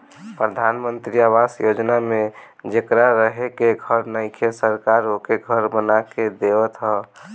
प्रधान मंत्री आवास योजना में जेकरा रहे के घर नइखे सरकार ओके घर बना के देवत ह